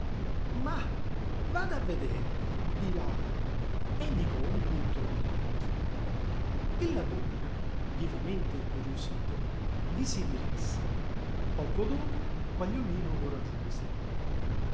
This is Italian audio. mah vada a vedere di là e indicò un punto nella macchia il lagúmina vivamente incuriosito vi si diresse poco dopo quagliolino lo raggiunse